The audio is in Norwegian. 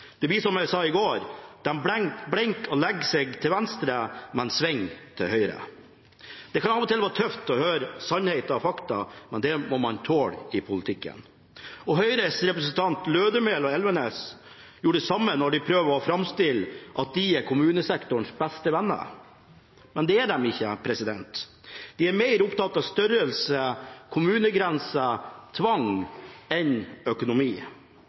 Det blir som jeg sa i går: De blinker og legger seg til venstre, men svinger til høyre. Det kan av og til være tøft å høre sannheten og fakta, men det må man tåle i politikken. Høyres representanter Lødemel og Elvenes gjør det samme når de prøver å framstille det som at de er kommunesektorens beste venner. Men det er de ikke, de er mer opptatt av størrelse, kommunegrense og tvang enn av økonomi.